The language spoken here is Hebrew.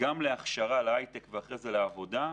גם להכשרה להייטק ואחרי זה לעבודה,